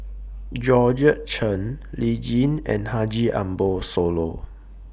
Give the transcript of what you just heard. Georgette Chen Lee Tjin and Haji Ambo Sooloh